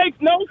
no